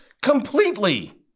completely